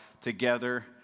together